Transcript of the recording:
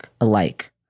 Alike